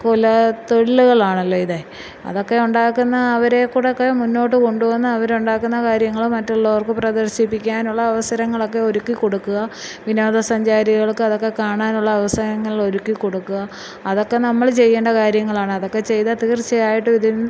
കുലത്തൊഴിലുകളാണല്ലോ ഇത് അതൊക്കെ ഉണ്ടാക്കുന്ന അവരെ കൂടൊക്കെ മുന്നോട്ട് കൊണ്ടു വന്ന് അവരുണ്ടാക്കുന്ന കാര്യങ്ങൾ മറ്റുള്ളവർക്ക് പ്രദർശിപ്പിക്കാനുള്ള അവസരങ്ങളൊക്കെ ഒരുക്കി കൊടുക്കുക വിനോദസഞ്ചാരികൾക്ക് അതൊക്കെ കാണാനുള്ള അവസരങ്ങൾ ഒരുക്കി കൊടുക്കുക അതൊക്കെ നമ്മൾ ചെയ്യേണ്ട കാര്യങ്ങളാണ് അതൊക്കെ ചെയ്താല് തീർച്ചയായിട്ടും